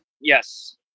Yes